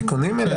התיקונים?